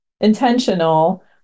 intentional